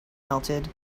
melted